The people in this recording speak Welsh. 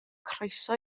croeso